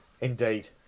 Indeed